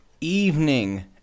evening